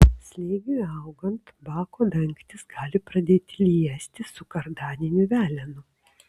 slėgiui augant bako dangtis gali pradėti liestis su kardaniniu velenu